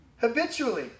habitually